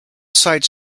site